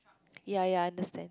yea yea I understand